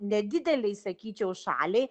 nedidelei sakyčiau šaliai